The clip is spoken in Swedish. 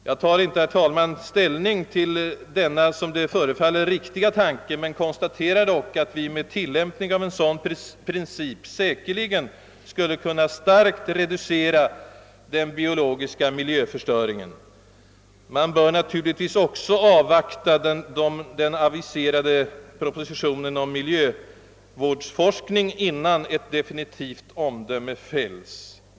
Jag tar inte nu ställning till denna som det förefaller riktiga tanke men konstaterar att vi med tillämpning av en sådan princip säkerligen skulle kunna starkt reducera den biologiska miljöförstöringen. Vi bör naturligtvis avvakta den aviserade propositionen om miljövårdsforskning, innan ett definitivt omdöme fälls.